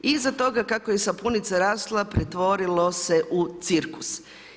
Iza toga, kako je sapunica rasla, pretvorilo se u cirkus.